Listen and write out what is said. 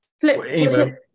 flip